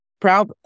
proud